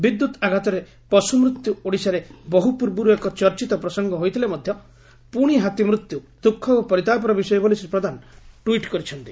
ବିଦ୍ୟୁତ୍ ଆଘାତରେ ପଶୁ ମୃତ୍ୟୁ ଓଡ଼ିଶାରେ ବହୁ ପୂର୍ବରୁ ଏକ ଚର୍ଚିତ ପ୍ରସଙ୍ଗ ହୋଇଥିଲେ ମଧ ପୁଶି ହାତୀ ମୃତ୍ୟୁ ଦୁଃଖ ଓ ପରିତାପର ବିଷୟ ବୋଲି ଶ୍ରୀ ପ୍ରଧାନ ଟ୍ୱିଟ୍ କରି କହିଛନ୍ତି